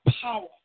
power